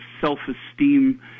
self-esteem